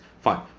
fine